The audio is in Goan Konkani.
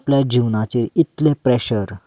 आपल्या जिवनाचें इतलें प्रेशर